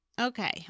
okay